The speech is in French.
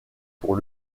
pour